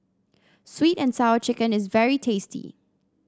sweet and Sour Chicken is very tasty